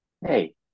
hey